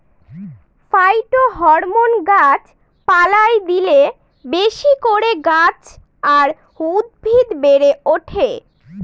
phytohormone গাছ পালায় দিলে বেশি করে গাছ আর উদ্ভিদ বেড়ে ওঠে